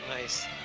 Nice